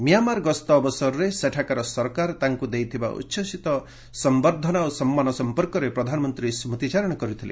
Myanmar ଗସ୍ତ ଅବସରରେ ସେଠାକାର ସରକାର ତାଙ୍କୁ ଦେଇଥିବା ଉଚ୍ଛସିତ ସମ୍ଭର୍ଦ୍ଧନା ଓ ସମ୍ମାନ ସଂପର୍କରେ ପ୍ରଧାନମନ୍ତ୍ରୀ ସ୍କୁତିଚାରଣ କରିଥିଲେ